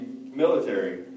military